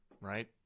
right